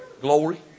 Glory